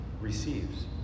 receives